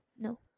No